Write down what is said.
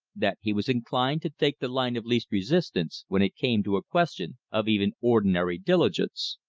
that he was inclined to take the line of least resistance when it came to a question of even ordinary diligence.